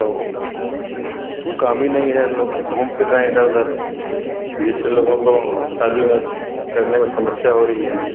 काम ही नहीं है लोग घूम फिर रहे हैं इधर उधर जिससे लोगों को शादी में करने में समस्या हो रही है